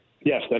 Yes